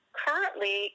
currently